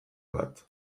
bat